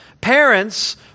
parents